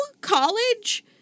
college-